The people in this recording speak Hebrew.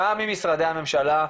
גם עם משרדי הממשלה,